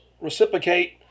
reciprocate